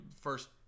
first